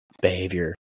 behavior